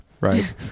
right